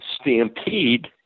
Stampede